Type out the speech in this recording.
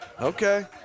Okay